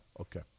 Okay